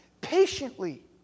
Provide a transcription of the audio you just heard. patiently